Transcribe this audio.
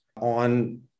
on